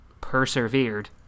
persevered